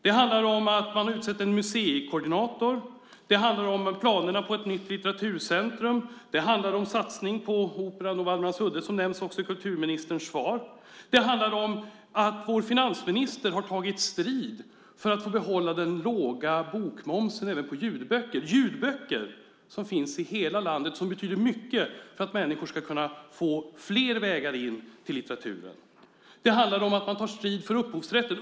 Det handlar om att man utsett en museikoordinator, planerna på ett nytt litteraturcentrum och satsning på Kungl. Operan och Waldemarsudde, som också nämndes i kulturministerns svar. Det handlar om att vår finansminister tagit strid för att behålla den låga bokmomsen även på ljudböcker. De finns i hela landet och betyder mycket för att människor ska kunna få fler vägar in till litteraturen. Det handlar om att man tar strid för upphovsrätten.